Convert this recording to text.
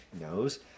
knows